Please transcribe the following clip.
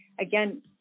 again